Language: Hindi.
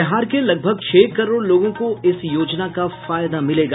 बिहार के लगभग छह करोड़ लोगों को इस योजना का फायदा मिलेगा